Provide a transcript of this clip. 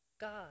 God